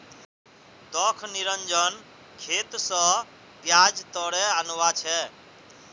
दख निरंजन खेत स प्याज तोड़े आनवा छै